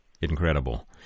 Incredible